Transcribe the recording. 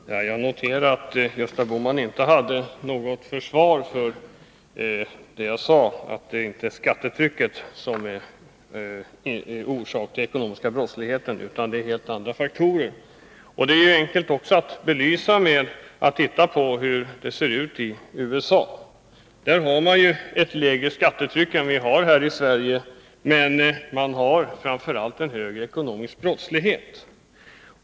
Fru talman! Jag noterade att Gösta Bohman inte hade något motargument till det jag sade om att det inte är skattetrycket som är orsaken till den ekonomiska brottsligheten utan helt andra faktorer. Det är enkelt att belysa genom att hänvisa till hur det ser ut i USA. Där har man ju ett lägre skattetryck än i Sverige men en högre ekonomisk brottslighet.